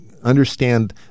understand